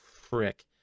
frick